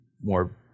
more